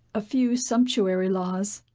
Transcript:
a few sumptuary laws,